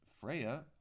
Freya